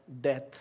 death